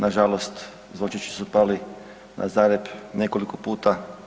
Na žalost zvončići su pali na Zagreb nekoliko puta.